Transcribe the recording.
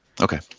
Okay